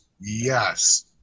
Yes